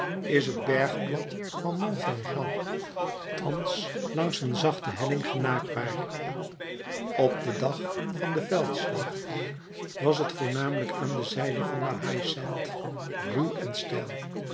is het bergplat van mont saint jean thans langs een zachte helling genaakbaar op den dag van den veldslag was het voornamelijk aan de zijde van la haie sainte ruw en steil